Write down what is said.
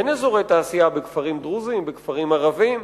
אין אזורי תעשייה בכפרים דרוזיים, בכפרים ערביים.